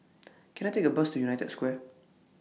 Can I Take A Bus to United Square